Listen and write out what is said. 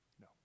No